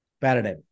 paradigm